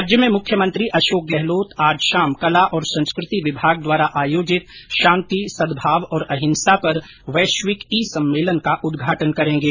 राज्य में मुख्यमंत्री अशोक गहलोत आज शाम कला और संस्कृति विभाग द्वारा आयोजित शांति सद्भाव और अंहिसा पर वैश्विक ई सम्मेलन का उद्घाटन करेंगे